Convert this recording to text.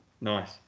Nice